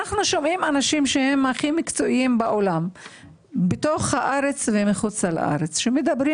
אנחנו שומעים אנשים שהם הכי מקצועיים בעולם בתוך הארץ ובחו"ל שמדברים